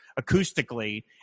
acoustically